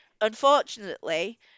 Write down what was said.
unfortunately